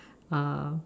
uh